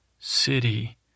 city